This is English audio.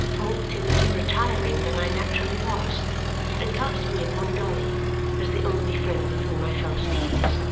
more timid and retiring than i naturally was and cast me upon dolly as the only friend with whom i felt at ease.